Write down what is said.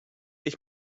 ich